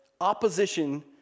opposition